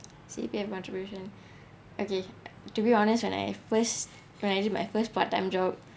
C_P_F contribution okay to be honest when I first when do my first part time job